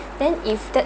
then if